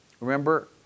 remember